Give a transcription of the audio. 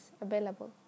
available